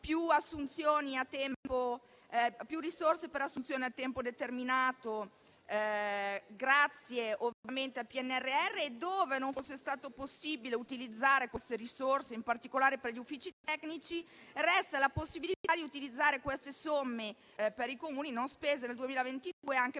più risorse per le assunzioni a tempo determinato grazie al PNRR e, dove non fosse stato possibile utilizzare tali risorse in particolare per gli uffici tecnici, resta la possibilità di utilizzare per i Comuni dette somme non spese nel 2022 anche per l'anno